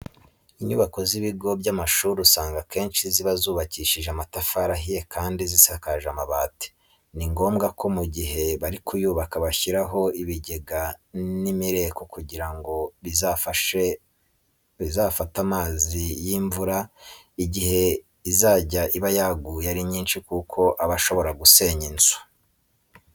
Inyubako z'ibigo by'amashuri usanga akenshi ziba zubakishije amatafari ahiye kandi zisakaje amabati. Ni ngombwa ko mu gihe bari kuyubaka bashyiraho ibigega n'imireko kugira ngo bizafate amazi y'imvura igihe izajya iba yaguye ari nyinshi kuko aba ashobora gusenya inzu.